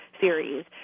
series